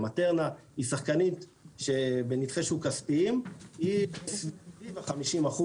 ומטרנה היא שחקנית שבנתחי שוק כספיים היא סביב ה- 50%,